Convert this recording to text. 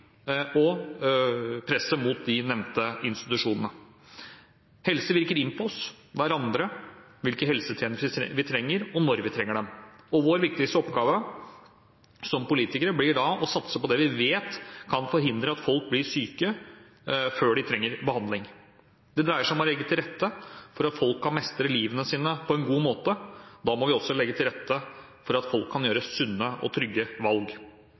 og presset mot de nevnte institusjonene. Helse virker inn på oss, hverandre – hvilke helsetjenester vi trenger, og når vi trenger dem. Vår viktigste oppgave som politikere blir da å satse på det vi vet kan forhindre at folk blir syke, før de trenger behandling. Det dreier seg om å legge til rette for at folk kan mestre livet sitt på en god måte, og da må vi også legge til rette for at folk kan gjøre sunne og trygge valg.